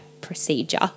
procedure